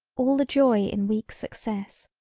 all the joy in weak success,